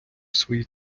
свої